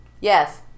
Yes